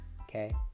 Okay